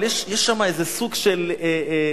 אבל יש שמה איזה סוג של נורמות,